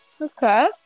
okay